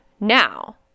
now